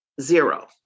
zero